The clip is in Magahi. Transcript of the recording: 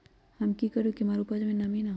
हम की करू की हमार उपज में नमी होए?